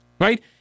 Right